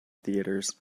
theatres